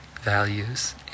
values